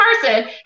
person